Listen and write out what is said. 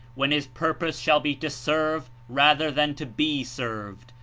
when his purpose shall be to serve rather than to be served,